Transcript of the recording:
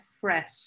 fresh